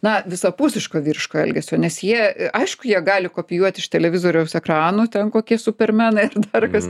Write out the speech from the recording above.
na visapusiško vyriško elgesio nes jie aišku jie gali kopijuot iš televizoriaus ekranų ten kokie supermenai dar kas